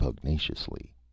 pugnaciously